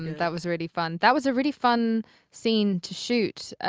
that was really fun. that was a really fun scene to shoot,